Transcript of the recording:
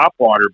topwater